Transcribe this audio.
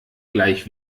gleich